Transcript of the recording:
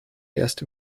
erst